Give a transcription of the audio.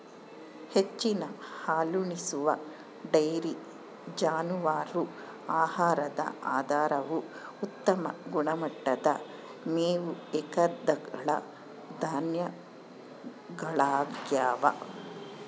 ಹೆಚ್ಚಿನ ಹಾಲುಣಿಸುವ ಡೈರಿ ಜಾನುವಾರು ಆಹಾರದ ಆಧಾರವು ಉತ್ತಮ ಗುಣಮಟ್ಟದ ಮೇವು ಏಕದಳ ಧಾನ್ಯಗಳಗ್ಯವ